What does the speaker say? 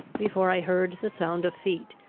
before i heard the sound of feet,